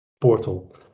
portal